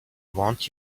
want